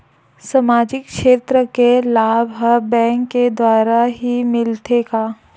सामाजिक क्षेत्र के लाभ हा बैंक के द्वारा ही मिलथे का?